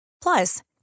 Plus